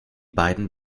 beiden